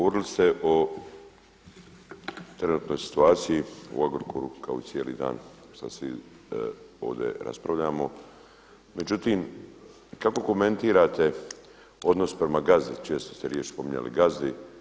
Govorili ste o trenutnoj situaciji u Agrokoru kao i cijeli dan šta svi ovdje raspravljamo, međutim kako komentirate odnose prema gazdi, često ste riječ spominjali gazdi?